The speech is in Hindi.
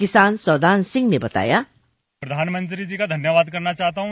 किसान सौदान सिंह ने बताया प्रधानमंत्री जी का धन्यवाद करना चाहता हूं